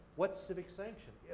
what's civic sanction?